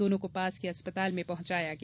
दोनों को पास के अस्पताल पहुंचाया गया